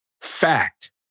fact